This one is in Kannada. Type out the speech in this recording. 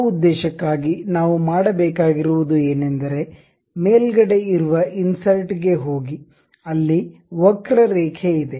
ಆ ಉದ್ದೇಶಕ್ಕಾಗಿ ನಾವು ಮಾಡಬೇಕಾಗಿರುವುದು ಏನೆಂದರೆ ಮೇಲ್ಗಡೆ ಇರುವ ಇನ್ಸರ್ಟ್ ಗೆ ಹೋಗಿ ಅಲ್ಲಿ ವಕ್ರರೇಖೆ ಇದೆ